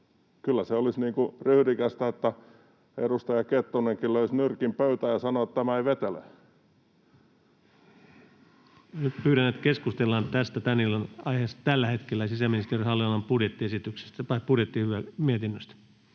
Kyllä se olisi niin kuin ryhdikästä, että edustaja Kettunenkin löisi nyrkin pöytään ja sanoisi, että tämä ei vetele. Nyt pyydän, että keskustellaan tästä tämän illan aiheesta eli tällä hetkellä sisäministeriön hallinnonalan budjettiesityksestä tai budjettimietinnöstä.